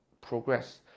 progress